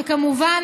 וכמובן,